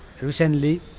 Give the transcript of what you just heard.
recently